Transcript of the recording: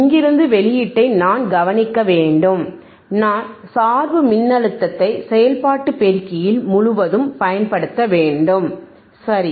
இங்கிருந்து வெளியீட்டை நான் கவனிக்க வேண்டும் நான் சார்பு மின்னழுத்தத்தை செயல்பாட்டு பெருக்கியில் முழுவதும் பயன்படுத்த வேண்டும் சரி